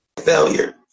failure